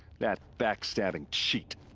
that backstabbing cheat!